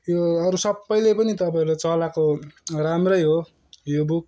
यो अरू सबैले पनि तपाईँहरूले चलाएको राम्रै हो यो बुक